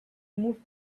moved